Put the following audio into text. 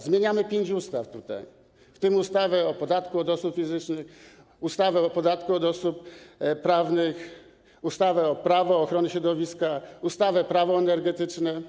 Zmieniamy tutaj pięć ustaw, w tym ustawę o podatku od osób fizycznych, ustawę o podatku od osób prawnych, ustawę Prawo ochrony środowiska, ustawę Prawo energetyczne.